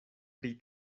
pri